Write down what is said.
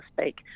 speak